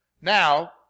Now